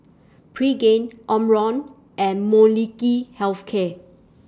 Pregain Omron and Molnylcke Health Care